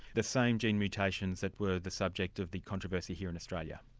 the same gene mutations that were the subject of the controversy here in australia?